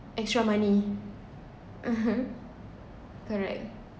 extra money (uh huh) correct